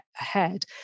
ahead